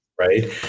right